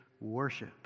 worship